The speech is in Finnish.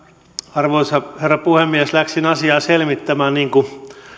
arvoisa herra puhemies läksin asiaa selvittämään niin kuin